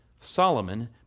Solomon